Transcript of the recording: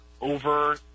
over